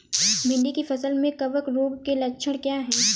भिंडी की फसल में कवक रोग के लक्षण क्या है?